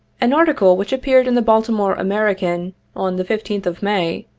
an article which appeared in the baltimore american on the fifteenth of may,